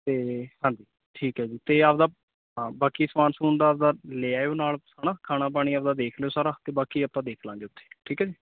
ਅਤੇ ਹਾਂਜੀ ਠੀਕ ਹੈ ਜੀ ਅਤੇ ਆਪਣਾ ਹਾਂ ਬਾਕੀ ਸਮਾਨ ਸਮੂਨ ਦਾ ਤਾਂ ਲੈ ਆਇਓ ਨਾਲ ਹੈ ਨਾ ਖਾਣਾ ਪਾਣੀ ਆਪਣਾ ਦੇਖ ਲਿਓ ਸਾਰਾ ਅਤੇ ਬਾਕੀ ਆਪਾਂ ਦੇਖ ਲਾਂਗੇ ਉੱਥੇ ਠੀਕ ਹੈ ਜੀ